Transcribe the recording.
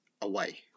away